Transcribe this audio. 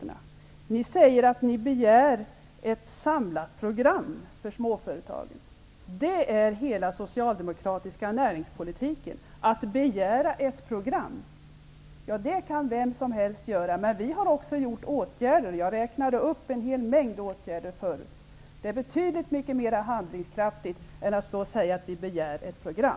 Ni säger att ni begär ett samlat program för småföretagen. Det är hela den socialdemokratiska näringspolitiken -- att begära ett program! Det kan vem som helst göra. Men vi har också vidtagit åtgärder -- jag räknade förut upp en hel mängd. Det är betydligt mer handlingskraftigt än att säga att man begär ett program!